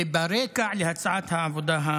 ברקע להצעת העבודה,